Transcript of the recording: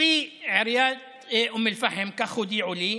לפי עיריית אום אל-פחם, כך הודיעו לי,